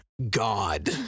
God